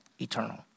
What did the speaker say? eternal